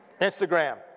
Instagram